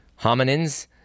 hominins